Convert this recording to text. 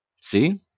See